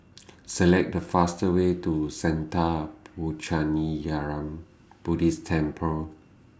Select The fastest Way to Sattha Puchaniyaram Buddhist Temple